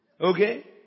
Okay